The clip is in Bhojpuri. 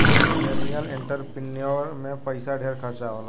मिलेनियल एंटरप्रिन्योर में पइसा ढेर खर्चा होला